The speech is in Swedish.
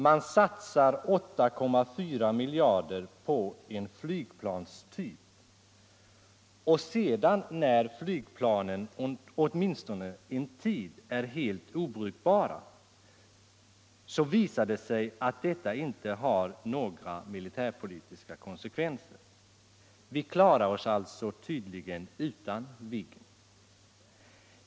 Man satsar 8,4 miljarder på en flygplanstyp, och sedan när flygplanet åtminstone en tid är helt obrukbart visar det sig att detta inte har några militärpolitiska konsekvenser. Vi klarar oss alltså tydligen utan Viggen.